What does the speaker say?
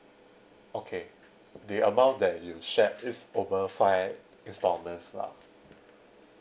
okay the amount that you shared is over five installments lah